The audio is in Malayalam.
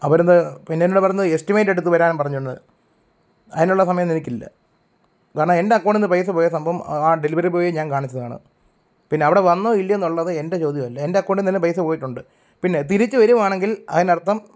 അവരത് പിന്നെ എന്നതാ പറഞ്ഞത് എസ്റ്റിമേറ്റ് എടുത്ത് വരാൻ പറഞ്ഞുവെന്ന് അതിനുള്ള സമയമൊന്നും എനിക്കില്ല കാരണം എൻ്റ അക്കൗണ്ടിൽ നിന്ന് പൈസ പോയ സംഭവം ആ ഡെലിവറി ബോയിയെ ഞാൻ കാണിച്ചതാണ് പിന്നെ അവിടെ നിന്ന് വന്നോ ഇല്ലയോ എന്നുള്ളത് എൻ്റ ചോദ്യമല്ല എൻ്റെ അക്കൗണ്ടിൽ നിന്ന് തന്നെ പൈസ പോയിട്ടുണ്ട് പിന്നെ തിരിച്ചുവരുവാണെങ്കിൽ അതിനർത്ഥം